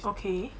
okay